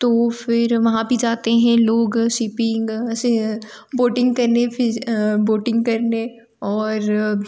तो फिर वहाँ भी जाते हें लोग शिपिंग ऐसे बोटिंग करने फिज बोटिंग करने और